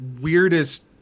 weirdest